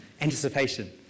anticipation